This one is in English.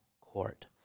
court